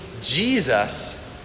Jesus